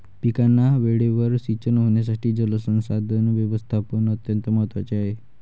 पिकांना वेळेवर सिंचन होण्यासाठी जलसंसाधन व्यवस्थापन अत्यंत महत्त्वाचे आहे